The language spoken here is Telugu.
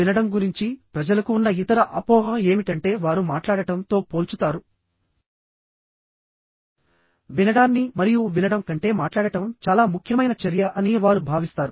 వినడం గురించి ప్రజలకు ఉన్న ఇతర అపోహ ఏమిటంటే వారు మాట్లాడటం తో పోల్చుతారు వినడాన్ని మరియు వినడం కంటే మాట్లాడటం చాలా ముఖ్యమైన చర్య అని వారు భావిస్తారు